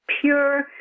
pure